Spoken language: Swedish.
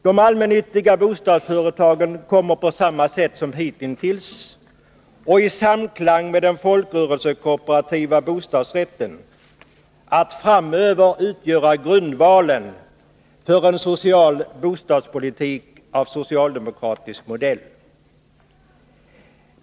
De allmännyttiga bostadsföretagen kommer på samma sätt som hitintills — och i samklang med den folkrörelsekooperativa bostadsrätten — att framöver utgöra grundvalen för en social bostadspolitik av socialdemokratisk modell.